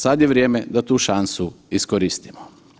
Sada je vrijeme da tu šansu iskoristimo.